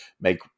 make